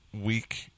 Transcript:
week